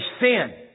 Sin